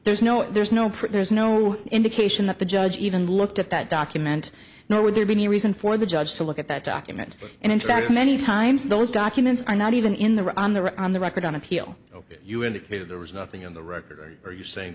there's no there's no proof there's no indication that the judge even looked at that document nor would there be any reason for the judge to look at that document and in fact many times those documents are not even in the on the on the record on appeal you indicated there was nothing on the record are you saying